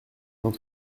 vingt